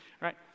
right